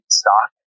stock